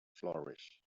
flourish